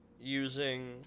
using